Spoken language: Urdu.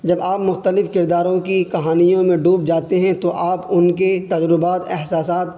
جب آپ مختلف کرداروں کی کہانیوں میں ڈوب جاتے ہیں تو آپ ان کی تجربات احساسات